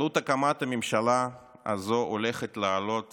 הקמת הממשלה הזאת הולכת לעלות